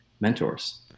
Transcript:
mentors